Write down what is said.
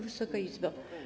Wysoka Izbo!